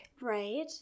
Right